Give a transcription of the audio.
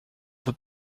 peut